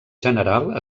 general